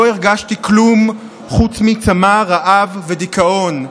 לא הרגשתי כלום, חוץ מצמא, רעב ודיכאון.